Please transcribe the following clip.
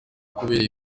kubera